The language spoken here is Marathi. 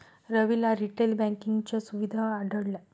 रविला रिटेल बँकिंगच्या सुविधा आवडल्या